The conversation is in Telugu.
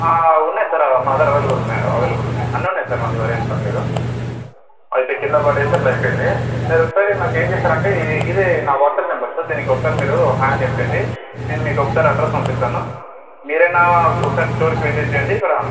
ఉన్నాయి సార్ మన దగ్గర అవైలబుల్ ఉన్నాయి అవైలబుల్ ఉన్నాయి అన్నీ ఉన్నాయి సార్ మన దగ్గర ఏమి పర్వాలేదు అయితే కింద పడి అట్లా అయిపోయింది మీరు ఒకసారి నాకు ఏమి చేస్తారంటే ఇది ఇది నా వాట్స్అప్ నెంబర్ సార్ దీనికి ఒకసారి మీరు హాయ్ అని చెప్పండి నేను మీకు ఒకసారి అడ్రస్ పంపిస్తాను మీరు అయిన ఒకసారి స్టోర్కి విజిట్ చేయండి ఇక్కడ